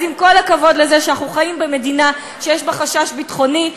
אז עם כל הכבוד לזה שאנחנו חיים במדינה שיש בה חשש ביטחוני,